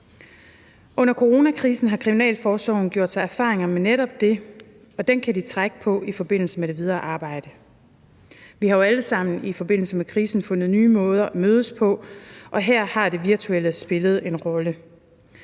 Under coronakrisen har kriminalforsorgen gjort sig erfaringer med netop det, og dem kan de trække på i forbindelse med det videre arbejde. Vi har jo alle sammen i forbindelse med krisen fundet nye måder at mødes på, og her har det virtuelle spillet en rolle.